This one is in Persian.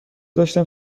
داشتم